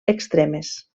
extremes